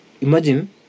Imagine